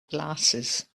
glasses